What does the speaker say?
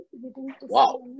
Wow